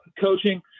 coaching